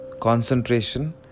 Concentration